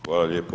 Hvala lijepo.